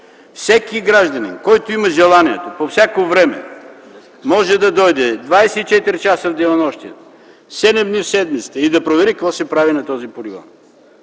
Всеки гражданин, който има желание, по всяко време може да дойде – 24 часа в денонощието, 7 дни в седмицата, и да провери какво се прави на този полигон.